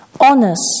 honest